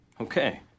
Okay